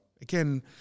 Again